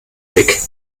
weg